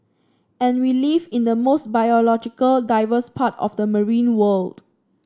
and we live in the most biological diverse part of the marine world